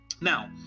Now